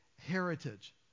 heritage